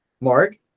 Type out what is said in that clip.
Mark